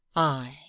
ay,